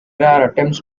attempts